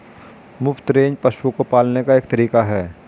मुफ्त रेंज पशुओं को पालने का एक तरीका है